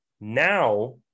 Now